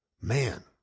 Man